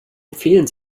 empfehlen